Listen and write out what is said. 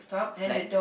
flat